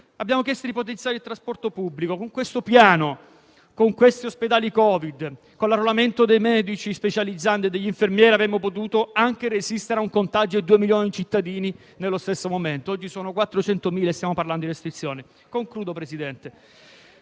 Abbiamo chiesto di potenziare il trasporto pubblico. Con questo piano, con gli ospedali Covid e con l'arruolamento dei medici specializzandi e degli infermieri avremmo potuto anche resistere al contagio di 2 milioni di cittadini nello stesso momento: oggi i cittadini contagiati sono 400.000 e stiamo parlando di restrizioni. In conclusione,